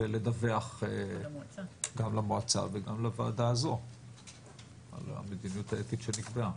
ולדווח גם למועצה וגם לוועדה הזו על המדיניות האתית שנקבעה.